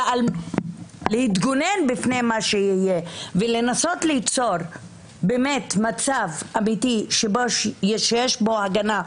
אלא להתגונן בפני מה שיהיה ולנסות ליצור מצב אמיתי שיש בו הגנה,